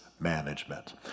management